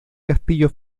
castillo